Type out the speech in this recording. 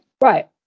right